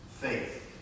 Faith